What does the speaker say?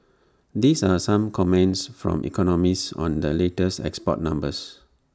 these are some comments from economists on the latest export numbers